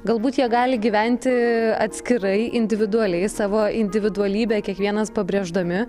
galbūt jie gali gyventi atskirai individualiai savo individualybę kiekvienas pabrėždami